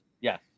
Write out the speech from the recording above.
Yes